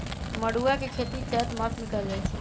मरुआ के खेती चैत मासमे कएल जाए छै